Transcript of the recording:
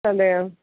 അതെയോ